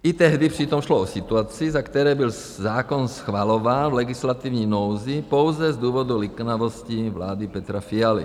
I tehdy přitom šlo o situaci, za které byl zákon schvalován v legislativní nouzi pouze z důvodu liknavosti vlády Petra Fialy.